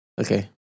Okay